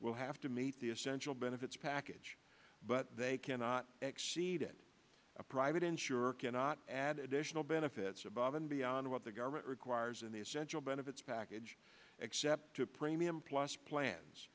will have to meet the essential benefits package but they cannot exceed it a private insurer cannot add additional benefits above and beyond what the government requires and the essential benefits package except a premium plus plans